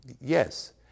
yes